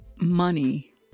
money